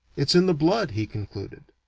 it's in the blood, he concluded.